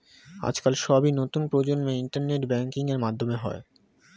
আজকাল সবই নতুন প্রজন্মের ইন্টারনেট ব্যাঙ্কিং এর মাধ্যমে হয়